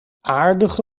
aardige